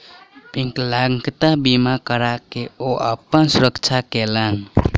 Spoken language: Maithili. विकलांगता बीमा करा के ओ अपन सुरक्षा केलैन